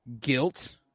guilt